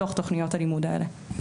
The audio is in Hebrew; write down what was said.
בתוך תוכניות הלימוד האלה.